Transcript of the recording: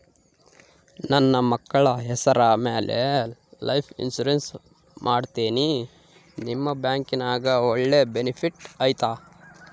ನನ್ನ ಮಕ್ಕಳ ಹೆಸರ ಮ್ಯಾಲೆ ಲೈಫ್ ಇನ್ಸೂರೆನ್ಸ್ ಮಾಡತೇನಿ ನಿಮ್ಮ ಬ್ಯಾಂಕಿನ್ಯಾಗ ಒಳ್ಳೆ ಬೆನಿಫಿಟ್ ಐತಾ?